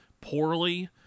poorly